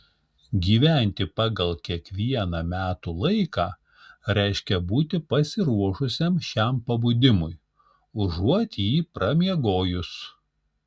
gyventi pagal kiekvieną metų laiką reiškia būti pasiruošusiam šiam pabudimui užuot jį pramiegojus